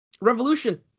Revolution